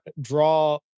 draw